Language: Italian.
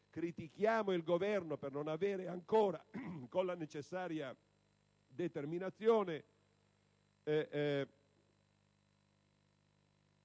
critichiamo il Governo per non avere ancora con la necessaria determinazione